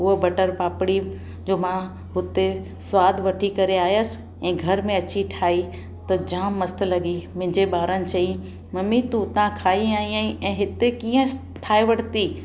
हूअ बटर पापड़ी जो मां हुते सवादु वठी करे आयसि ऐं घर में अची ठाही त जामु मस्तु लॻी मुंहिंजे ॿारनि चई मम्मी तू हुतां खाई आई आहीं ऐं हिते कीअं स ठाहे वरिती